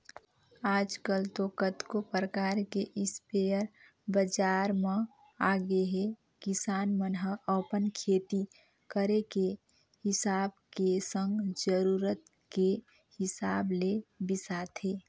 आजकल तो कतको परकार के इस्पेयर बजार म आगेहे किसान मन ह अपन खेती करे के हिसाब के संग जरुरत के हिसाब ले बिसाथे